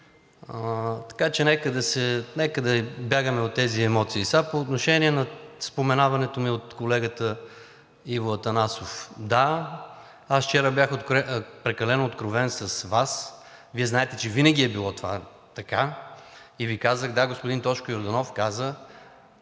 Нека да избягаме от тези емоции. По отношение на споменаването ми от колегата Иво Атанасов. Да, аз вчера бях прекалено откровен с Вас. Вие знаете, че това винаги е било така и Ви казах: да, господин Тошко Йорданов каза,